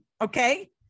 Okay